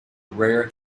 rare